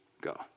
go